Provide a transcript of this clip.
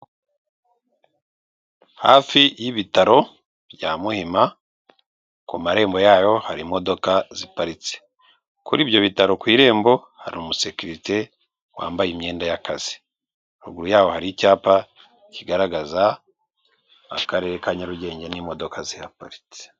Hafi y'ibitaro bya Muhima ku marembo yayo hari imodoka ziparitse, kuri ibyo bitaro ku irembo hari umusekirite wambaye imyenda y'akazi, ruguru yaho hari icyapa kigaragaza akarere ka Nyarugenge n'imodoka zihaparitse.